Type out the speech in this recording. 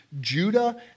Judah